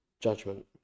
judgment